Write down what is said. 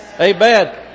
Amen